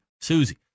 Susie